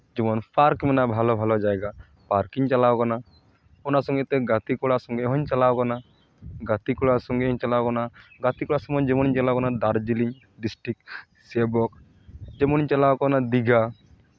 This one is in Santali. ᱡᱮᱢᱚᱱ ᱯᱟᱨᱠ ᱢᱮᱱᱟᱜᱼᱟ ᱵᱷᱟᱞᱮ ᱵᱷᱟᱞᱮ ᱡᱟᱭᱜᱟ ᱯᱟᱨᱠ ᱤᱧ ᱪᱟᱞᱟᱣ ᱟᱠᱟᱱᱟ ᱚᱱᱟ ᱥᱚᱸᱜᱮᱛᱮ ᱜᱟᱛᱮ ᱠᱚᱲᱟ ᱥᱚᱸᱜᱮᱜ ᱦᱚᱧ ᱪᱟᱞᱟᱣ ᱟᱠᱟᱱᱟ ᱜᱟᱛᱮ ᱠᱚᱲᱟ ᱥᱚᱸᱜᱮ ᱦᱚᱸᱧ ᱪᱟᱞᱟᱣ ᱠᱟᱱᱟ ᱜᱟᱛᱮ ᱠᱚᱲᱟ ᱥᱚᱸᱜᱮ ᱡᱮᱢᱚᱱᱤᱧ ᱪᱟᱞᱟᱣ ᱟᱠᱟᱱᱟ ᱫᱟᱨᱡᱤᱞᱤᱝ ᱰᱤᱥᱴᱨᱤᱠ ᱥᱮ ᱵᱚᱠ ᱡᱮᱢᱚᱱᱤᱧ ᱪᱟᱞᱟᱣ ᱟᱠᱟᱱᱟ ᱫᱤᱜᱷᱟ